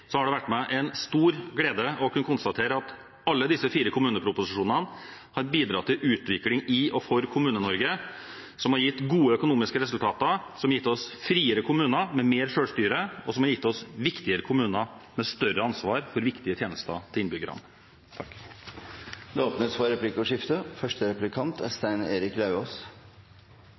har det vært meg en stor glede å kunne konstatere at alle disse fire kommuneproposisjonene har bidratt til utvikling i og for Kommune-Norge, noe som har gitt gode økonomiske resultater, som har gitt oss friere kommuner med mer selvstyre, og som har gitt oss viktigere kommuner med større ansvar for viktige tjenester til innbyggerne. Det åpnes for replikkordskifte.